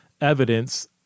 evidence